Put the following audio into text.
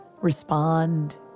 respond